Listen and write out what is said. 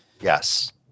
Yes